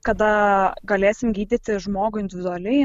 kada galėsim gydyti žmogų individualiai